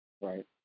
Right